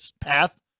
path